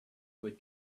would